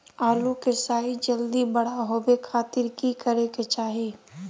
आलू के साइज जल्दी बड़ा होबे खातिर की करे के चाही?